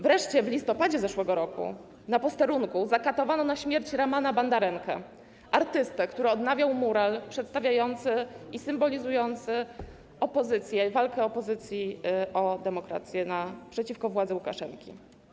Wreszcie w listopadzie zeszłego roku na posterunku zakatowano na śmierć Ramana Bandarenkę, artystę, który odnawiał mural przedstawiający i symbolizujący opozycję, walkę opozycji o demokrację przeciwko władzy Łukaszenki.